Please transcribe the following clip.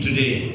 Today